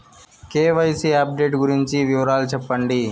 KYC update గురించి వివరాలు సెప్పండి?